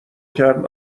کرد